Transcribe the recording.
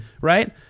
right